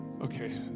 okay